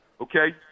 Okay